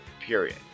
period